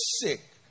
sick